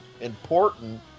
important